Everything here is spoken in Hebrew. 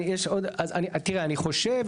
אני חושב,